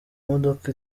modoka